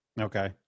Okay